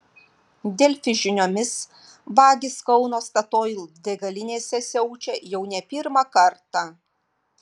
delfi žiniomis vagys kauno statoil degalinėse siaučia jau ne pirmą kartą